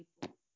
people